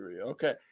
Okay